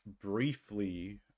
briefly